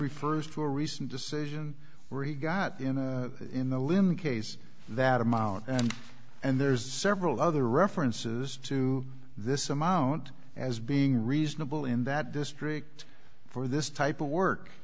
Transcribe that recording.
refers to a recent decision where he got in a in the linen case that amount and there's several other references to this amount as being reasonable in that district for this type of work